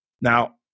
Now